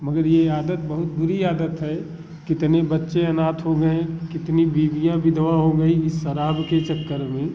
मगर ये आदत बहुत बुरी आदत है कितने बच्चे अनाथ हो गए कितनी बीवियां विधवा हो गईं इस शराब के चक्कर में